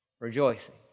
rejoicing